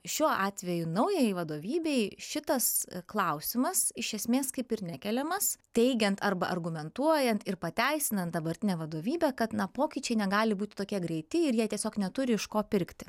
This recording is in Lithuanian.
šiuo atveju naujajai vadovybei šitas klausimas iš esmės kaip ir nekeliamas teigiant arba argumentuojant ir pateisinant dabartinę vadovybę kad na pokyčiai negali būti tokie greiti ir jie tiesiog neturi iš ko pirkti